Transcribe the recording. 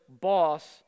boss